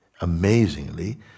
Amazingly